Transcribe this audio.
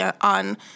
on